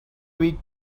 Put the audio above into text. weak